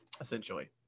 essentially